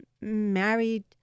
married